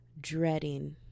dreading